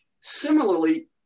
Similarly